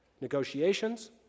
negotiations